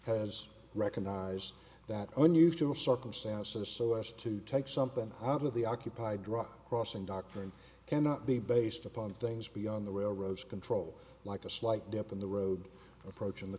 has recognized that unusual circumstances so as to take something out of the occupy drive crossing doctrine cannot be based upon things beyond the railroads control like the slight dip in the road approach in the